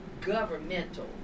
governmental